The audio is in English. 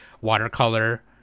watercolor